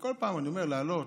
וכל פעם אני אומר: לעלות?